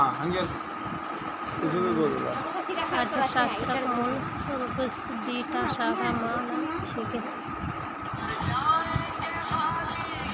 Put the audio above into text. अर्थशास्त्रक मूल रूपस दी टा शाखा मा न छेक